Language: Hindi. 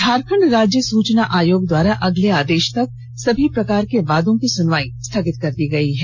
झारखंड राज्य सुचना आयोग द्वारा अगले आदेष तक सभी प्रकार के वादों की सुनवाई स्थगित कर दी गयी है